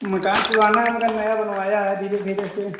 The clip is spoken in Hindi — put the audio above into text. मकान पुराना है मगर नया बनवाया है धीरे धीरे से